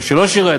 או שלא שירת.